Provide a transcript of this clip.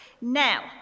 Now